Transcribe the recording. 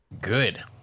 good